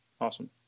Awesome